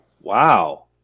Wow